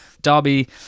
Derby